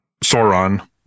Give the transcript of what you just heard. Sauron